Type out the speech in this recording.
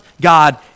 God